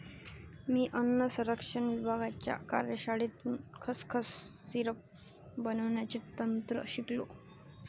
मी अन्न संरक्षण विभागाच्या कार्यशाळेतून खसखस सिरप बनवण्याचे तंत्र शिकलो